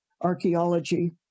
archaeology